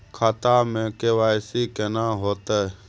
खाता में के.वाई.सी केना होतै?